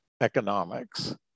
economics